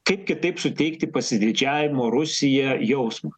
kaip kitaip suteikti pasididžiavimo rusija jausmą